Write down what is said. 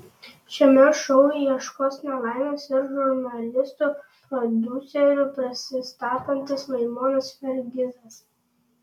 šiame šou ieškos laimės ir žurnalistu prodiuseriu prisistatantis laimonas fergizas